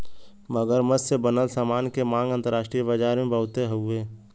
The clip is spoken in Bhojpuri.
मगरमच्छ से बनल सामान के मांग अंतरराष्ट्रीय बाजार में बहुते हउवे